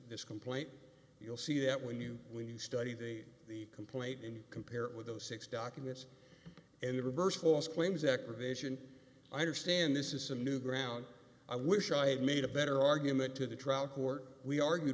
this complaint you'll see that when you when you study the complaint and compare it with those six documents and the reversed course claims activation i understand this is a new ground i wish i had made a better argument to the trial court we argue